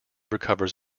recovers